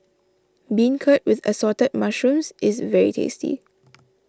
Beancurd with Assorted Mushrooms is very tasty